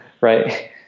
Right